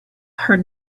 heard